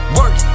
work